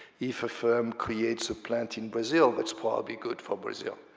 if a firm creates a plant in brazil, that's probably good for brazil,